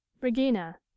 regina